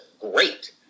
great